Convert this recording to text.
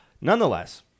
Nonetheless